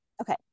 okay